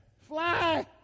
fly